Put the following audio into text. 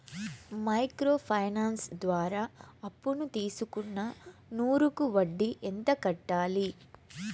Micro finance ద్వారా అప్పును తీసుకున్న నూరు కి వడ్డీ ఎంత కట్టాలి?